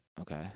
Okay